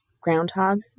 groundhog